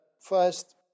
first